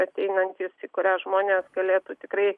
ateinantys į kurią žmonės galėtų tikrai